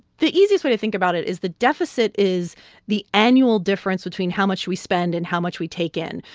the easiest way to think about it is the deficit is the annual difference between how much we spend and how much we take in.